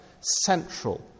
central